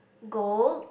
gold